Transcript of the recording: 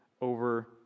over